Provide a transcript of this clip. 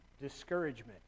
discouragement